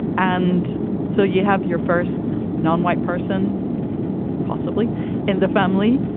and so you have your first non-white person possibly in the family,